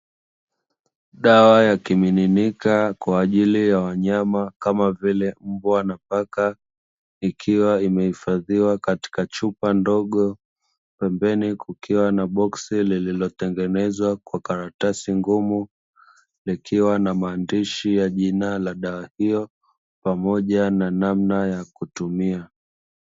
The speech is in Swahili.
Dawa ya kimiminika kwa ajili ya wanyama, kama vile mbwa na paka; ikiwa imehifadhiwa katika chupa ndogo. Pembeni kukiwa na boksi lililotengenezwa kwa karatasi gumu, likiwa na maandishi ya jina la dawa hiyo pamoja na namna ya kutumia.